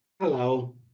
Hello